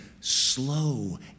slow